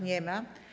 Nie ma.